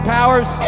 Powers